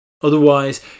Otherwise